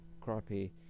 crappy